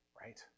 right